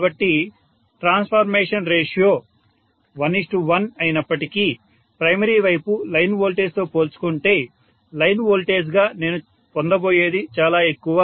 కాబట్టి transformation ratio 11 అయినప్పటికీ primary వైపు లైన్ వోల్టేజ్ తో పోల్చుకుంటే లైన్ వోల్టేజ్ గా నేను పొందబోయేది చాలా ఎక్కువ